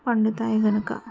పండుతాయి గనుక